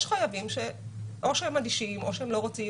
זה ממש לא המספרים, שניה רגע סליחה.